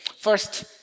First